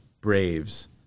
braves